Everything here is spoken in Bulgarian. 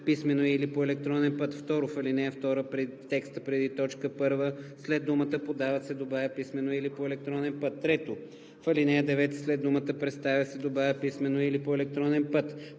„писмено или по електронен път“.